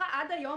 עד היום,